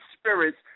spirits